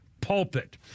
pulpit